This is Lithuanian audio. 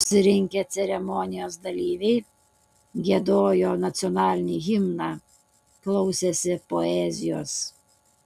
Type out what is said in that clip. susirinkę ceremonijos dalyviai giedojo nacionalinį himną klausėsi poezijos